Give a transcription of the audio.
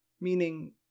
meaning